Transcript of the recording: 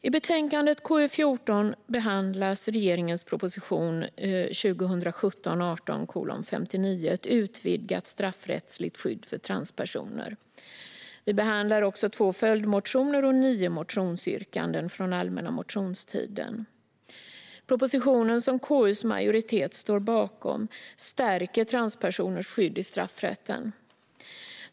I betänkandet KU14 behandlas regeringens proposition 2017/18:59 Ett utvidgat straffrättsligt skydd för transpersoner . Vi behandlar också två följdmotioner och nio motionsyrkanden från allmänna motionstiden. Propositionen som KU:s majoritet står bakom stärker transpersoners skydd i straffrätten.